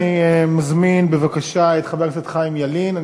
אני מזמין את חבר הכנסת חיים ילין,